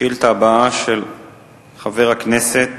השאילתא הבאה, של חבר הכנסת